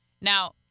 now